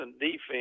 defense